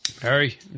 Harry